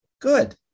good